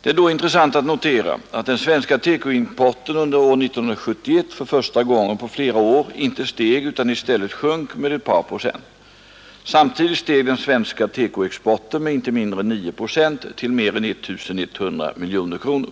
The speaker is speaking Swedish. Det är då intressant att notera att den svenska TEKO-importen under år 1971 för första gången på flera år inte steg utan i stället sjönk med ett par procent. Samtidigt steg den svenska TEKO-exporten med inte mindre än 9 procent till mer än 1 100 miljoner kronor.